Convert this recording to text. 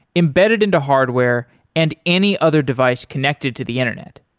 embedded into hardware and any other device connected to the internet.